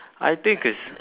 I think it's